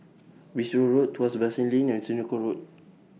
Bristol Road Tuas Basin Lane and Senoko Road